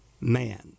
man